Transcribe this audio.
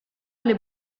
alle